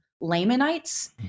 Lamanites